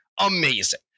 Amazing